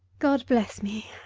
god bless me!